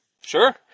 sure